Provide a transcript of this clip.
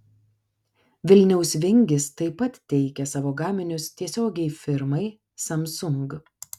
vilniaus vingis taip pat teikia savo gaminius tiesiogiai firmai samsung